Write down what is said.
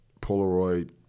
polaroid